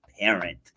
parent